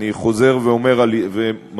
אני חוזר ומסביר